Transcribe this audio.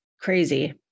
crazy